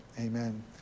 Amen